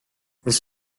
this